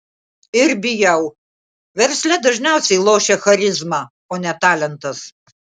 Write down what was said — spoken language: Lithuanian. ir bijau versle dažniausiai lošia charizma o ne talentas